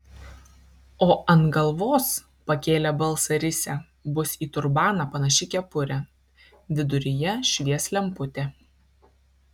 o ant galvos pakėlė balsą risia bus į turbaną panaši kepurė viduryje švies lemputė